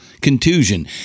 Contusion